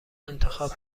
انتخاب